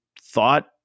thought